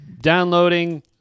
downloading